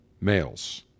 males